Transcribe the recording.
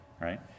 right